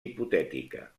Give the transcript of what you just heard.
hipotètica